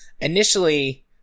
initially